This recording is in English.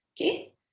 Okay